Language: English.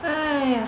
!aiya!